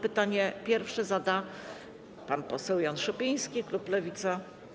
Pytanie pierwsze zada pan poseł Jan Szopiński, klub Lewica.